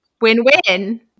Win-win